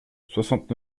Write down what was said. soixante